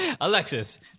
Alexis